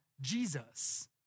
Jesus